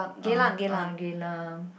uh uh Geylang